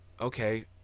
okay